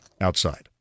outside